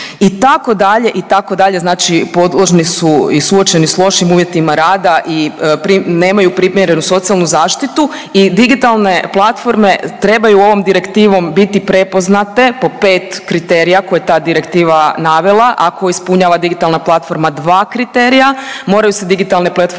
statusa itd., itd., znači podložni su i suočeni s lošim uvjetima rada i nemaju primjerenu socijalnu zaštitu i digitalne platforme trebaju ovom direktivom biti prepoznate po 5 kriterija koje je ta direktiva navela, ako ispunjava digitalna platforma dva kriterija moraju se digitalne platforme